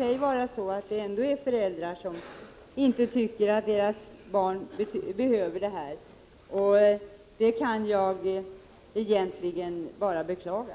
Det kan naturligtvis finnas föräldrar som inte tycker att deras barn behöver den, och det kan jag egentligen bara beklaga.